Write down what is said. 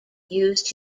used